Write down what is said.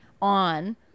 On